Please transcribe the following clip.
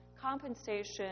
Compensation